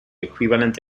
equivalent